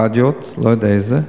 ברדיו, לא יודע איזה: